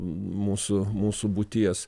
mūsų mūsų būties